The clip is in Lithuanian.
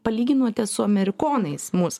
palyginote su amerikonais mus